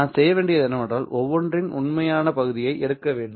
நான் செய்ய வேண்டியது என்னவென்றால் ஒவ்வொன்றின் உண்மையான பகுதியை எடுக்க வேண்டும்